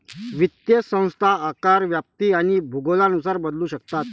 वित्तीय संस्था आकार, व्याप्ती आणि भूगोलानुसार बदलू शकतात